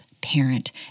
parent